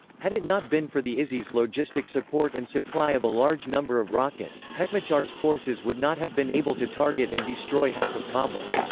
had it not been for the isi's logistic support and supply of a large number of rockets, hekmatyar's forces would not have been able to target and destroy half of kabul.